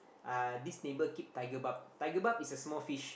uh this neighbour keep tiger barb tiger barb is a small fish